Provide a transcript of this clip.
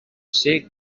ser